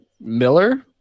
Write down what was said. Miller